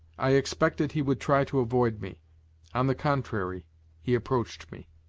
i expected he would try to avoid me on the contrary he approached me.